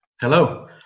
Hello